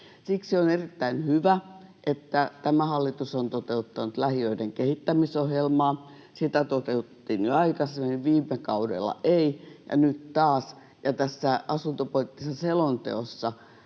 Siksi on erittäin hyvä, että tämä hallitus on toteuttanut lähiöiden kehittämisohjelmaa. Sitä toteutettiin jo aikaisemmin — viime kaudella ei, ja nyt taas — ja tässä asuntopoliittisessa selonteossa